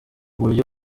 buryo